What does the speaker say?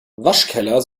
waschkeller